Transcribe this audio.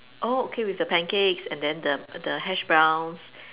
oh okay with the pancakes and then the the hashbrowns